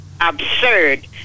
absurd